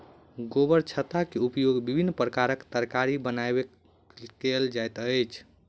गोबरछत्ता के उपयोग विभिन्न प्रकारक तरकारी बनबय कयल जाइत अछि